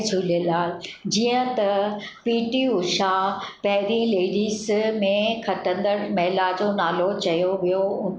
झूलेलाल जीअं त पीटी उषा पहिरीं लेडीस में खटंदड़ु महिला जो नालो चयो वियो